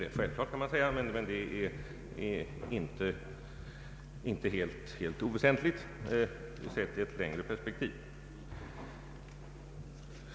Det är självklart, och detta är inte helt oväsentligt sett i ett längre perspektiv.